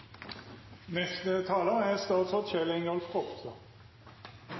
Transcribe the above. Neste taler er statsråd